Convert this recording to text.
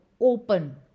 open